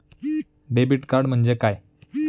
Debit card म्हणजे काय?